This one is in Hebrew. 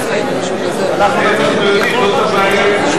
את זה אנחנו יודעים, זאת הבעיה.